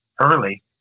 early